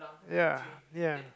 ya ya